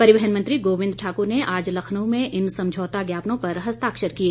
परिवहन मंत्री गोबिंद ठाकुर ने आज लखनऊ में इन समझौता ज्ञापनों पर हस्ताक्षर किए